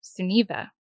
Suniva